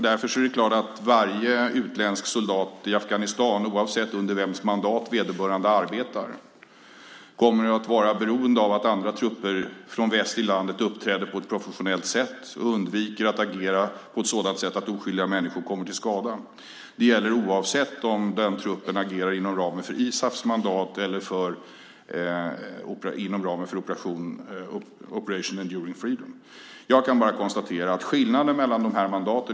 Därför är det klart att varje utländsk soldat i Afghanistan, oavsett under vems mandat vederbörande arbetar, är beroende av att andra trupper från väst uppträder på ett professionellt sätt och undviker att agera på ett sådant sätt att oskyldiga människor kommer till skada. Det gäller oavsett om truppen agerar inom ramen för ISAF:s mandat eller inom ramen för Operation Enduring Freedom.